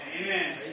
Amen